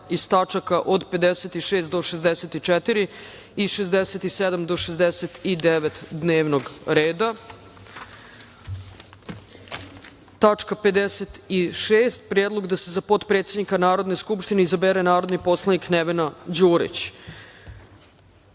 iz tačaka od 56. do 64. i od 67. do 69. dnevnog rada. Tačka 56. – Predlog da se za potpredsednika Narodne skupštine izabere narodni poslanik Nevena